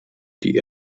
die